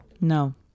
no